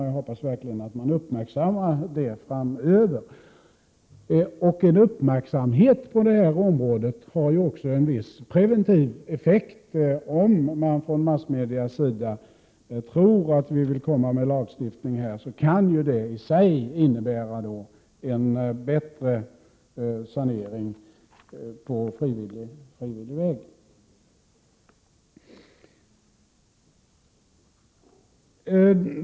Jag hoppas verkligen att man uppmärksammar det framöver. En uppmärksamhet på det här området har också en viss preventiv verkan. Om man från massmedias sida tror att vi vill överväga lagstiftning kan det i sig innebära en bättre sanering på frivillig väg.